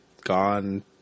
gone